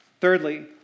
Thirdly